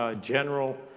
general